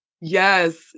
Yes